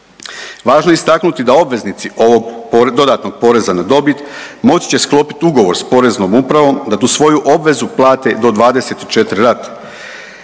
Važno je istaknuti da obveznici ovog dodatnog poreza na dobit moći će sklopiti ugovor s poreznom upravom da tu svoju obvezu plate do 24 rate.